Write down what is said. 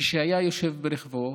כשהיה יושב ברכבו,